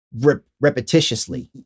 repetitiously